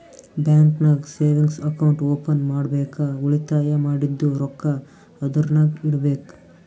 bank ನಾಗ್ savings account open ಮಾಡ್ಬೇಕ ಉಳಿತಾಯ ಮಾಡಿದ್ದು ರೊಕ್ಕಾ ಅದುರ್ನಾಗ್ ಇಡಬೇಕ್